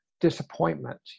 Disappointment